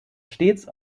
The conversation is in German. stets